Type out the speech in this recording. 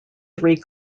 three